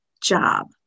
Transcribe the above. job